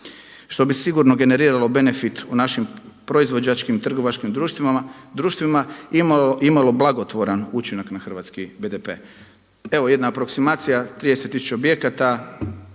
što bi sigurno generiralo benefit u našim proizvođačkim trgovačkim društvima imalo blagotvoran učinak na hrvatski BDP. Evo jedna aproksimacija 30 tisuća objekata